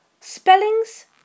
Spellings